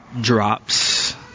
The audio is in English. drops